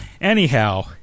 Anyhow